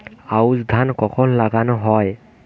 আউশ ধান কখন লাগানো হয়?